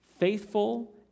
faithful